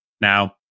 Now